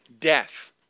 death